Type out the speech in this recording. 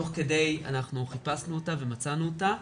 תוך כדי חיפשנו ומצאנו אותה.